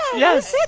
yes